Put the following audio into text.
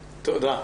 תודה.